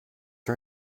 her